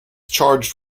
charged